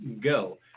go